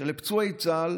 שלפצועי צה"ל